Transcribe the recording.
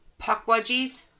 puckwudgies